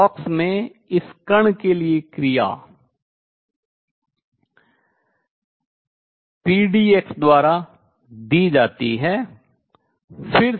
एक बॉक्स में इस कण के लिए क्रिया pdx द्वारा दी जाती है